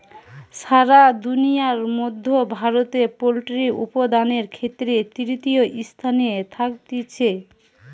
সারা দুনিয়ার মধ্যে ভারতে পোল্ট্রি উপাদানের ক্ষেত্রে তৃতীয় স্থানে থাকতিছে